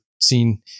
seen